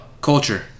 Culture